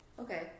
okay